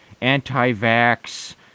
anti-vax